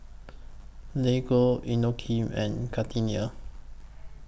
Lego Inokim and Gardenia